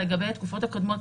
לגבי התקופות הקודמות,